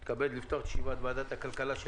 אני מתכבד לפתוח את ישיבת ועדת הכלכלה של